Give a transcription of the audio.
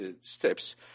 steps